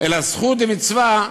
"אלא זכות דמצווה".